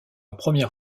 première